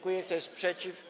Kto jest przeciw?